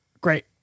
Great